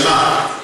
שמה?